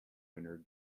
winner